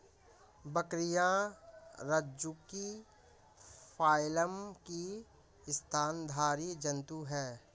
बकरियाँ रज्जुकी फाइलम की स्तनधारी जन्तु है